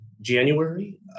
January